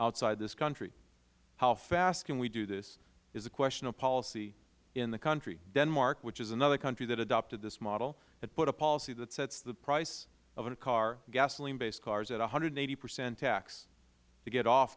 outside this country how fast can we do this is a question of policy in the country denmark which is another country that adopted this model had put a policy that sets the price of a car gasoline based cars at one hundred and eighty percent tax to get off